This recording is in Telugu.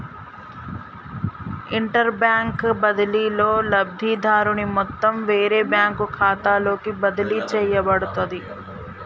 ఇంటర్బ్యాంక్ బదిలీలో, లబ్ధిదారుని మొత్తం వేరే బ్యాంకు ఖాతాలోకి బదిలీ చేయబడుతది